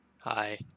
Hi